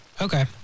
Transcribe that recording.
Okay